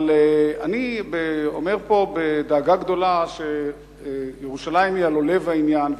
אני אומר פה בדאגה גדולה שירושלים היא הלוא לב העניין,